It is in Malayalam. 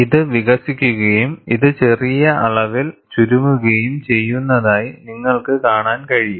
ഇത് വികസിക്കുകയും ഇത് ചെറിയ അളവിൽ ചുരുങ്ങുകയും ചെയ്യുന്നതായി നിങ്ങൾക്ക് കാണാൻ കഴിയും